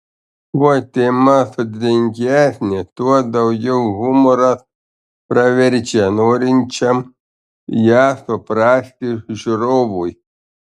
kuo tema sudėtingesnė tuo daugiau humoras praverčia norinčiam ją suprasti žiūrovui